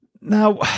Now